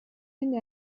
into